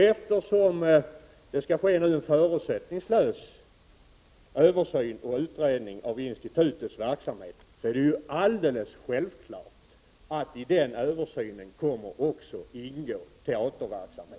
Eftersom det nu skall ske en förutsättningslös utredning och översyn av institutets verksamhet, är det alldeles självklart att också teaterverksamheten kommer att ingå i den översynen.